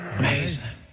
amazing